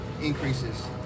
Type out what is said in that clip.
increases